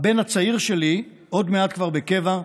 הבן הצעיר שלי עוד מעט כבר בקבע,